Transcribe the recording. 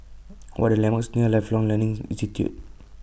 What Are The landmarks near Lifelong Learning Institute